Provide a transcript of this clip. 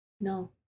no